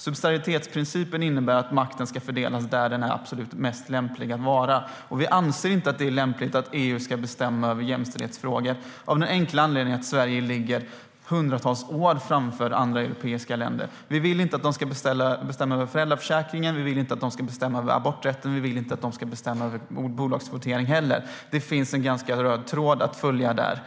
Subsidiaritetsprincipen innebär att makten ska fördelas dit där den är absolut mest lämplig att vara. Vi anser inte att det är lämpligt att EU ska bestämma över jämställdhetsfrågor - av den enkla anledningen att Sverige ligger hundratals år framför andra europeiska länder. Vi vill inte att de ska bestämma över föräldraförsäkringen eller aborträtten. Vi vill inte heller att de ska bestämma över bolagskvotering. Det finns en röd tråd att följa där.